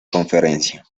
conferencia